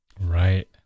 Right